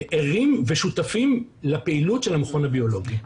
ערים ושותפים לפעילות של המכון הביולוגי.